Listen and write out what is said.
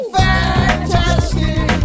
fantastic